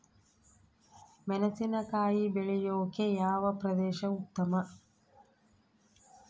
ಮೆಣಸಿನಕಾಯಿ ಬೆಳೆಯೊಕೆ ಯಾವ ಪ್ರದೇಶ ಉತ್ತಮ?